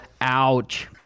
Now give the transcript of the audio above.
Ouch